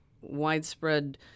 widespread